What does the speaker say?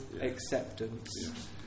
acceptance